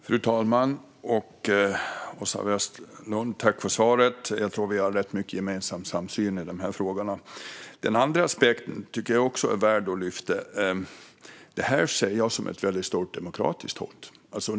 Fru talman och Åsa Westlund! Jag tackar för svaret. Jag tror att vi har rätt mycket gemensam samsyn i dessa frågor. Den andra aspekten är också värd att lyfta fram. Jag ser det här som ett stort demokratiskt hot.